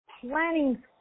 planning